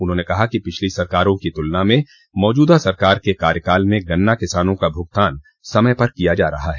उन्होंने कहा कि पिछली सरकारों की तुलना में मौजूदा सरकार के कार्यकाल में गन्ना किसानों का भुगतान समय पर किया जा रहा है